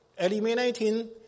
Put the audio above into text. eliminating